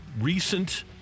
recent